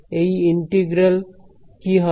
এই ইন্টিগ্রাল কি হবে